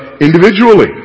individually